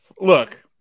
Look